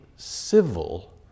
civil